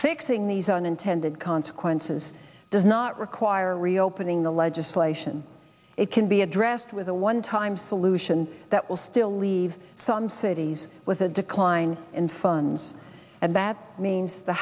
fixing these unintended consequences does not require reopening the legislation it can be addressed with a one time solution that will still leave some cities with a decline in funds and that means the